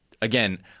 again